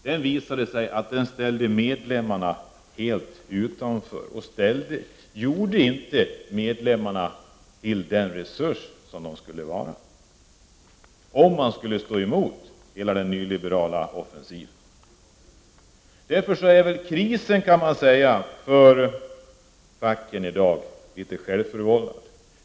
Det visade sig att medlemmarna i det avseendet ställdes helt utanför och att medlemmarna inte gjordes till den resurs som de borde vara om man skall stå emot hela den nyliberala offensiven. Därför är väl krisen för facken i dag i viss mån självförvållad.